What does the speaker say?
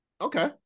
Okay